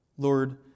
Lord